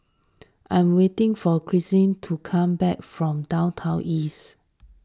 I am waiting for Christeen to come back from Downtown East